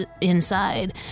inside